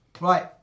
Right